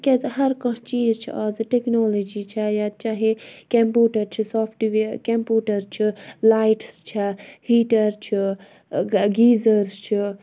تِکیازِ ہَر کانہہ چیٖز چھِ آزٕ ٹیکنالجی چھےٚ یا چاہے کَیٚمپوٗٹر چھِ سافٹ وِیَر کَیٚمپوٗٹر چھِ لایٹٕس چھےٚ ہیٖٹَر چھِ گیٖزَٲرٕس چھِ